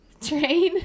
train